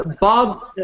Bob